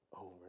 over